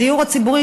הדיור הציבורי,